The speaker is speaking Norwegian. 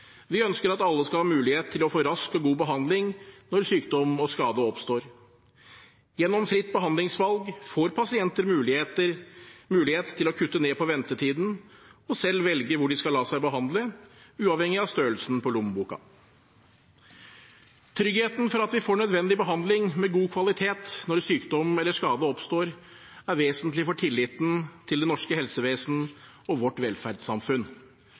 Vi ønsker at alle skal ha mulighet til å få rask og god behandling når sykdom og skade oppstår. Gjennom fritt behandlingsvalg får pasienter mulighet til å kutte ned på ventetiden og selv velge hvor de skal la seg behandle, uavhengig av størrelsen på lommeboka. Tryggheten for at vi får nødvendig behandling med god kvalitet når sykdom eller skade oppstår, er vesentlig for tilliten til det norske helsevesen og vårt velferdssamfunn.